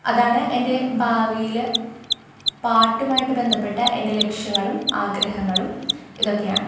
അതാണ് എന്റെ ഭാവിയിൽ പാട്ടുമായിട്ട് ബന്ധപ്പെട്ട എന്റെ ലക്ഷ്യങ്ങളും ആഗ്രഹങ്ങളും ഇതൊക്കെയാണ്